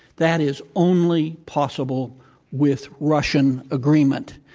that is only possible with russian agreement.